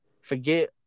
forget